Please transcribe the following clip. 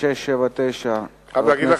בשבט התש"ע (20 בינואר